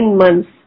months